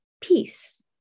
peace